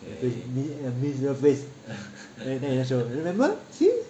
resurface then we just show her remember see